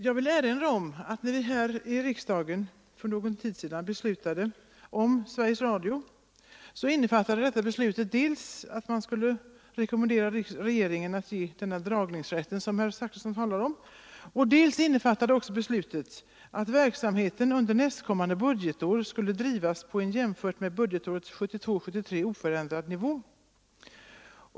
Jag vill erinra om att det beslut vi fattade här i riksdagen om Sveriges Radio för någon tid sedan innefattade dels att riksdagen skulle rekommendera regeringen att ge Sveriges Radio den dragningsrätt som herr Zachrisson talar om, dels att verksamheten under nästkommande budgetår skulle drivas på en jämfört med budgetåret 1972/73 oförändrad nivå.